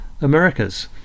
Americas